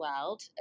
world